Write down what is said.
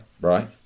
right